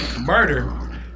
Murder